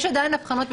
יש עדיין הבחנות.